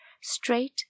Straight